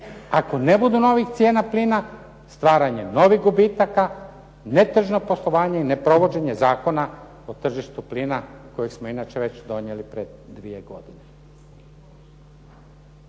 ako ne bude novih cijena plina, stvaranjem novih gubitaka netržnog poslovanja i ne provođenje Zakona o tržištu plina koji smo već donijeli pred dvije godine.